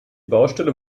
baustelle